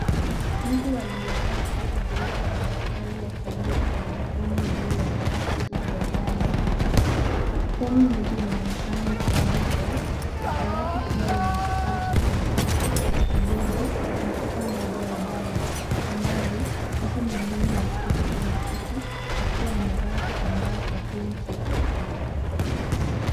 Mtu aliyevaa koti jeupe la daktari akiandika kwenye fomu juu ya dawati lililojaa nyaraka. Fomu moja inaonekana ikiandikwa. Dawati pia lina kifaa cha kompyuta, kibodi na chupa dogo ya dawa. Kwa mbali mtu mwingine ameketi kwenye kiti, akiwa amevaa kitambaa cha pinki.